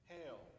Hail